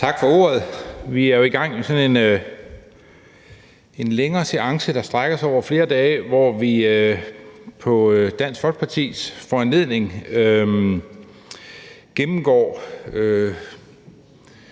Tak for ordet. Vi er jo i gang med sådan en længere seance, der strækker sig over flere dage, hvor vi på Dansk Folkepartis foranledning gennemgår